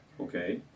okay